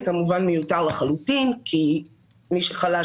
זה כמובן מיותר לחלוטין כי מי שחלש,